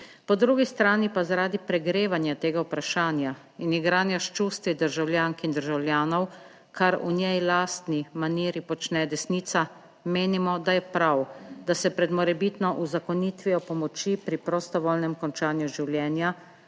po drugi strani pa zaradi pregrevanja tega vprašanja in igranja s čustvi državljank in državljanov, kar v njej lastni maniri počne desnica, menimo da je prav, da se pred morebitno uzakonitvijo pomoči pri prostovoljnem končanju življenja